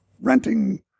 renting